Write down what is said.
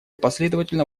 последовательно